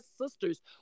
sisters